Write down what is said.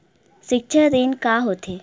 सिक्छा ऋण का होथे?